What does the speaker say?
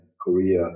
Korea